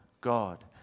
God